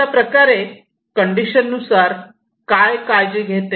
अशा प्रकार प्रकारे कंडिशन त्याची काय काळजी घेते